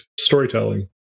storytelling